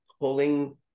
pulling